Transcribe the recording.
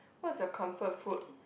what's your comfort food